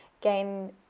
gain